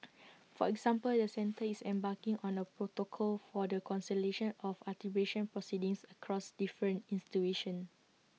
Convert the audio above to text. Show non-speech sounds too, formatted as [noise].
[noise] for example the centre is embarking on A protocol for the consolation of arbitration proceedings across different ins tuition